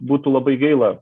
būtų labai gaila